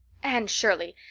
anne shirley,